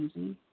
easy